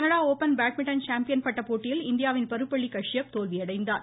Canada open badminton champion பட்ட போட்டியில் இந்தியாவின் பருப்பள்ளி கஷ்யப் இன்று தோல்வியடைந்தார்